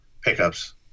pickups